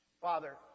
Father